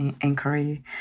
inquiry